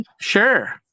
sure